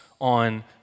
on